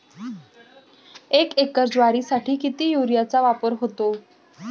एक एकर ज्वारीसाठी किती युरियाचा वापर होतो?